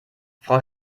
frau